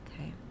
okay